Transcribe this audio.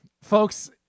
Folks